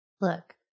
Look